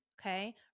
okay